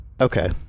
Okay